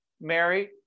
Mary